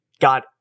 got